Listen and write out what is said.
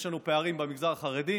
יש לנו פערים במגזר החרדי,